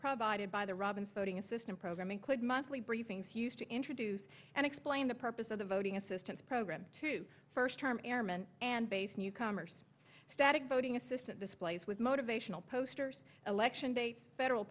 provided by the robins voting assistance program include monthly briefings used to introduce and explain the purpose of the voting assistance program to first term airmen and base newcomers static voting assistant displays with motivational posters election dates federal